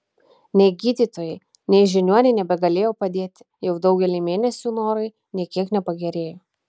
nei gydytojai nei žiniuoniai nebegalėjo padėti jau daugelį mėnesių norai nė kiek nepagerėjo